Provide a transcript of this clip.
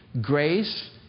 grace